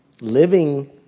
living